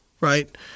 Right